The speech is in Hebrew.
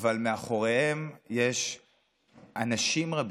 אבל מאחוריהם יש אנשים רבים,